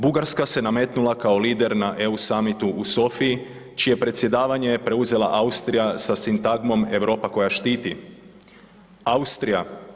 Bugarska se nametnula kao lider na EU summitu u Sofiji čije je predsjedavanje preuzela Austrija sa sintagmom „Europa koja štiti“ Austrija.